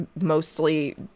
mostly